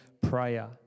prayer